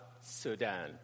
Sudan